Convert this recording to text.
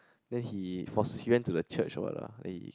then he force he went to the church or what lah then he